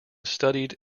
studied